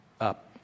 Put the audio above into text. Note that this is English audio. up